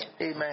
Amen